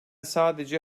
sadece